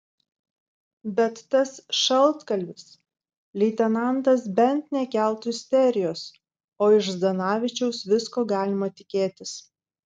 bet tas šaltkalvis leitenantas bent nekeltų isterijos o iš zdanavičiaus visko galima tikėtis